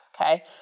okay